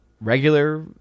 regular